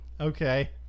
okay